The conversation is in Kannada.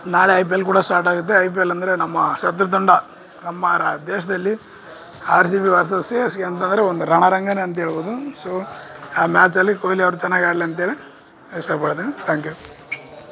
ನಾಳೆ ಐ ಪಿ ಎಲ್ ಕೂಡ ಸ್ಟಾರ್ಟ್ ಆಗುತ್ತೆ ಐ ಪಿ ಎಲ್ ಅಂದರೆ ನಮ್ಮ ಶತ್ರು ತಂಡ ನಮ್ಮ ರಾ ದೇಶದಲ್ಲಿ R C B versus C S K ಅಂತಂದರೆ ಒಂದು ರಣರಂಗನೇ ಅಂತ ಹೇಳ್ಬೌದು ಸೋ ಆ ಮ್ಯಾಚಲ್ಲಿ ಕೊಹ್ಲಿ ಅವ್ರು ಚೆನ್ನಾಗ್ ಆಡ್ಲಿ ಅಂತೇಳಿ ಇಷ್ಟಪಡ್ತೀನಿ ತ್ಯಾಂಕ್ ಯು